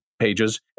pages